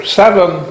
seven